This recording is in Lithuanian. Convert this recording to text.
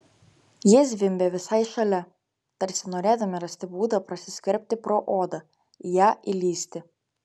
jie zvimbė visai šalia tarsi norėdami rasti būdą prasiskverbti pro odą į ją įlįsti